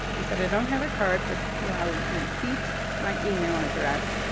he said, i don't have a card, but here, i'll repeat my email address.